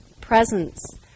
presence